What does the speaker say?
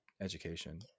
education